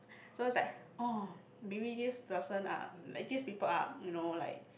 so is like oh maybe this person are like this people are you know like